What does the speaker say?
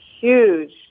huge